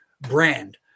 brand